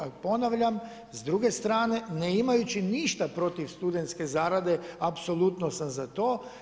A ponavljam, s druge strane ne imajući ništa protiv studentske zarade, apsolutno sam za to.